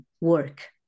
work